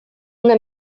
una